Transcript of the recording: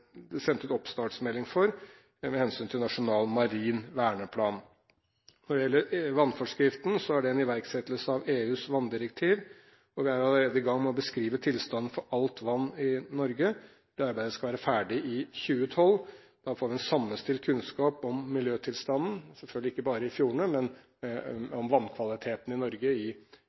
sendt ut oppstartsmelding for med hensyn til nasjonal marin verneplan. Når det gjelder vannforskriften, er den en iverksettelse av EUs vanndirektiv. Vi er allerede i gang med å beskrive tilstanden for alt vann i Norge. Det arbeidet skal være ferdig i 2012. Da får vi en sammenstilt kunnskap om miljøtilstanden, selvfølgelig ikke bare i fjordene, men om vannkvaliteten i Norge totalt sett. Det vil i